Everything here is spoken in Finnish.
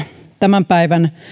tämän päivän